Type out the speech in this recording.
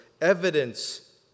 evidence